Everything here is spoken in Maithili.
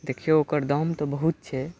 देखियौ ओकर दाम तऽ बहुत छै